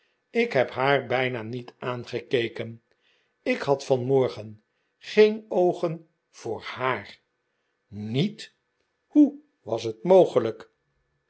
ik heb haar bijna niet aangekeken ik had vanmorgen geen oogen voor haar niet hoe was het mogelijk